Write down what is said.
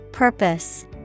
Purpose